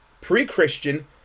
Pre-Christian